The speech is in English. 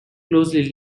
closely